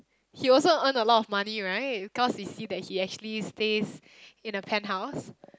he also earn a lot of money right cause we see that he actually stays in a penthouse